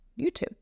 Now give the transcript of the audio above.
YouTube